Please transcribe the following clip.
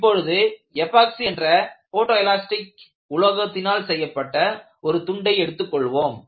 இப்பொழுது எபோக்சி என்ற photo elastic உலோகத்தினால் செய்யப்பட்ட ஒரு துண்டை எடுத்துக் கொள்வோம்